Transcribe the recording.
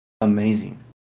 amazing